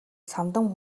самдан